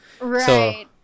Right